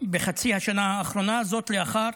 בחצי השנה האחרונה, וזאת לאחר